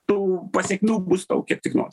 tų pasekmių bus tau kiek tik nori